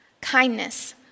kindness